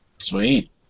Sweet